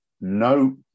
No